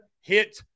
hit